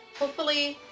hopefully,